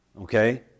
Okay